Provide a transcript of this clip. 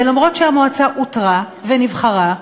ואף שהמועצה אותרה ונבחרה,